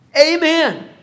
Amen